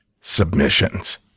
submissions